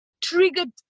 triggered